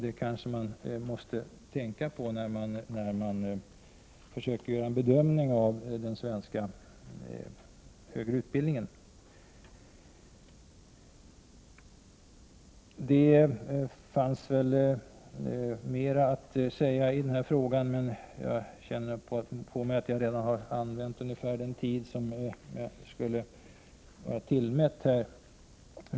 Det måste man tänka på när man försöker göra en bedömning av den svenska högre utbildningen. Det finns mer att säga i denna fråga, men jag känner på mig att jag redan har använt ungefär den tid jag har fått mig tillmätt här.